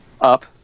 Up